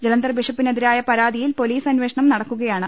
ജലന്ധർബിഷപ്പിനെതിരായ പരാതിയിൽ പൊലീസ് അന്വേഷണം നടക്കുക യാണ്